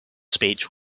speech